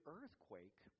earthquake